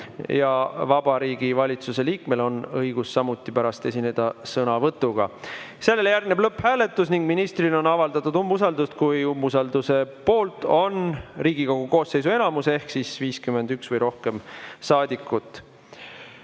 Vabariigi Valitsuse liikmel on õigus samuti pärast esineda sõnavõtuga. Sellele järgneb lõpphääletus ning ministrile on avaldatud umbusaldust siis, kui umbusalduse poolt on Riigikogu koosseisu enamus ehk 51 või rohkem saadikut. Läheme